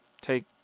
Take